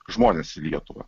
žmones į lietuvą